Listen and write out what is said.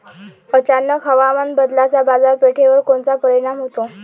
अचानक हवामान बदलाचा बाजारपेठेवर कोनचा परिणाम होतो?